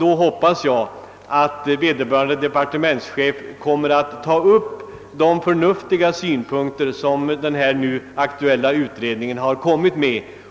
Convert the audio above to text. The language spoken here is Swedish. Jag hoppas att vederbörande departementschef då kommer att ta upp de förnuftiga synpunkter som den aktuella utredningen framfört